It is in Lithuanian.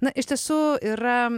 na iš tiesų yra